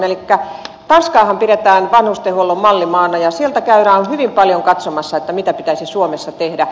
elikkä tanskaahan pidetään vanhustenhuollon mallimaana ja sieltä käydään hyvin paljon katsomassa mitä pitäisi suomessa tehdä